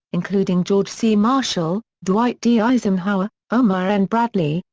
including george c. marshall, dwight d. eisenhower, omar n. bradley,